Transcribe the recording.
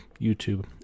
YouTube